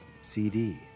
CD